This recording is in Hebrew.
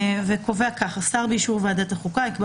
וקובע כך: השר באישור וועדת החוקה יקבע